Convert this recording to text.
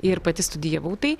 ir pati studijavau tai